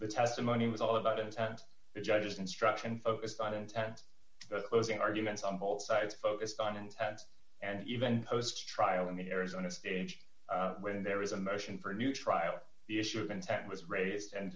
the testimony was all about intent judges instruction focused on intent closing arguments on both sides focused on intense and even goes to trial in the arizona stage when there is a motion for a new trial the issue of intent was raised and